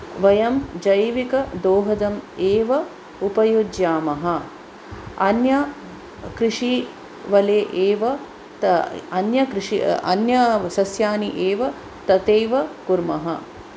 वयं जैविकदोहदम् एव उपयुज्यामः अन्य कृषिवले एव अन्यकृषि अन्य सस्यानि एव तथैव कुर्मः